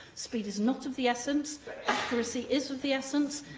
speed is not of the essence accuracy is of the essence.